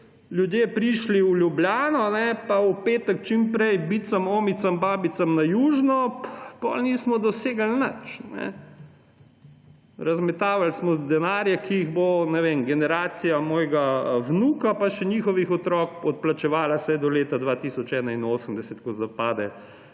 ljudje prišli v Ljubljano in v petek čim prej k bicam, omicam, babicam na južino, potem nismo dosegli nič. Razmetavali smo denarje, ki jih bo, ne vem, generacija mojega vnuka pa še njihovih otrok odplačevala vsaj do leta 2081, ko zapade